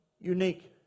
unique